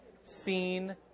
seen